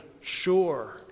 sure